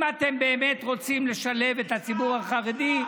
אם אתם באמת רוצים לשלב את הציבור החרדי,